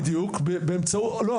לא,